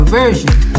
version